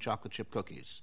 chocolate chip cookies